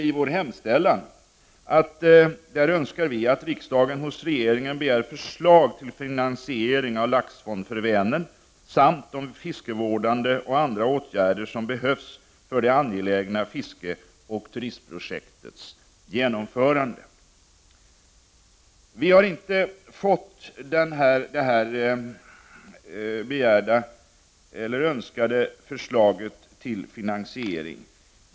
I vår hemställan önskar vi ”att riksdagen hos regeringen begär förslag till finansiering av Laxfond för Vänern samt de fiskevårdande och andra åtgärder som behövs för det angelägna fiskeoch turistprojektets genomförande”. Vi har inte fått det önskade förslaget till finansiering.